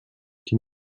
can